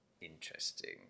interesting